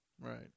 Right